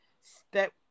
step